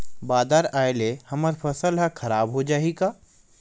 बादर आय ले हमर फसल ह खराब हो जाहि का?